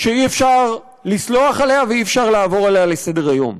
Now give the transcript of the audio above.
שאי-אפשר לסלוח עליה ואי-אפשר לעבור עליה לסדר-היום.